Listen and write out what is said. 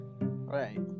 Right